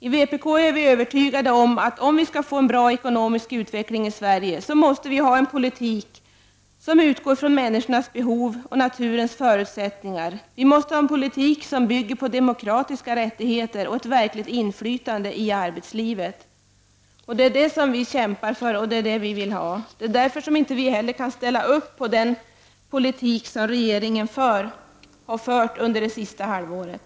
I vpk är vi övertygade om att om vi skall få en bra ekonomisk utveckling i Sverige måste vi föra en politik som utgår från människornas behov och naturens förutsättningar. Vi måste ha en politik som bygger på demokratiska rättigheter och verkligt inflytande i arbetslivet. Det är det som vi kämpar för, och det är det vi vill ha. Det är därför vi inte heller kan ställa upp på den politik som regeringen har fört under det senaste halvåret.